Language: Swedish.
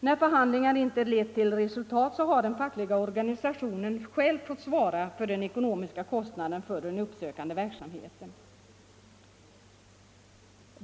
När förhandlingar inte lett till resultat har den fackliga organisationen själv fått svara för den ekonomiska kostnaden för den uppsökande verksamheten.